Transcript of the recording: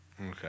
Okay